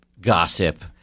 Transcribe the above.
gossip